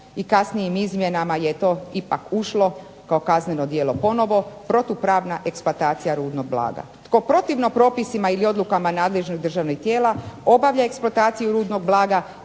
i kasnijim izmjenama je to ipak ušlo kao kazneno djelo ponovno – protupravna eksploatacija rudnog blaga. Tko protivno propisima ili odlukama nadležnih državnih tijela obavlja eksploataciju rudnog blaga